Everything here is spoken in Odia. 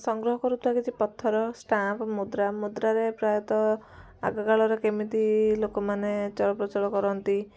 ସଂଗ୍ରହ କରୁଥିବା କିଛି ପଥର ଷ୍ଟାମ୍ପ ମୁଦ୍ରା ମୁଦ୍ରାରେ ପ୍ରାୟତଃ ଆଗକାଳର କେମିତି ଲୋକମାନେ ଚଳପ୍ରଚଳ କରନ୍ତି